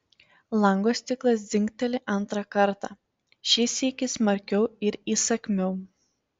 lango stiklas dzingteli antrą kartą šį sykį smarkiau ir įsakmiau